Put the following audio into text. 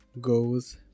goes